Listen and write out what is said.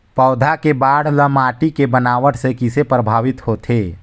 पौधा के बाढ़ ल माटी के बनावट से किसे प्रभावित होथे?